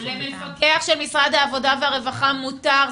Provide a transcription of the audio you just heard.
למפקח של משרד העבודה והרווחה מותר,